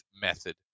method